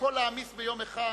הכול להעמיס ביום אחד?